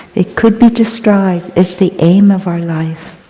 it could be described as the aim of our life.